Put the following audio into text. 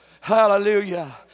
Hallelujah